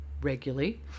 regularly